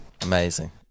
Amazing